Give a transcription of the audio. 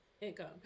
income